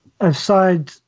aside